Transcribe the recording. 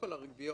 הריביות